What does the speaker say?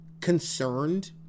concerned